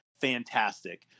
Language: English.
fantastic